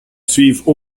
suivre